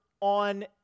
on